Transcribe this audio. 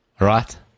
Right